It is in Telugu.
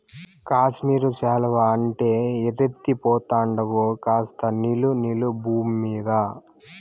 కాశ్మీరు శాలువా అంటే ఎర్రెత్తి పోతండావు కాస్త నిలు నిలు బూమ్మీద